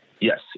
yes